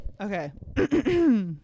okay